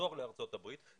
לחזור לארצות הברית,